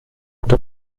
modo